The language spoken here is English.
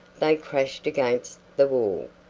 they crashed against the wall,